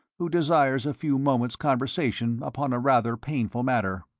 who desires a few moments' conversation upon a rather painful matter.